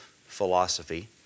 philosophy